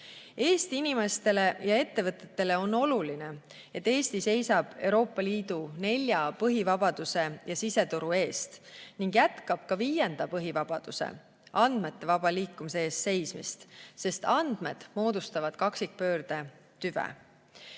Eesti inimestele ja ettevõtetele on oluline, et Eesti seisab Euroopa Liidu nelja põhivabaduse ja siseturu eest ning jätkab ka viienda põhivabaduse, andmete vaba liikumise eest seismist, sest andmed moodustavad kaksikpöörde tüve.